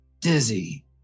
dizzy